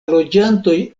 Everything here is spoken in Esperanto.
loĝantoj